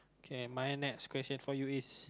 can my next question for you is